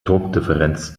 druckdifferenz